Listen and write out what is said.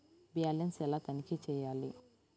Balance ఎలా తనిఖీ చేయాలి?